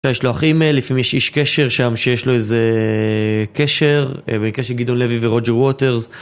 יש לו אחים לפעמים יש איש קשר שם, שיש לו איזה קשר, במקרה של גדעון לוי ורוג'ר ווטרס